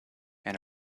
and